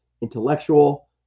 intellectual